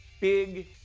big